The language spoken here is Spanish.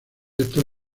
estos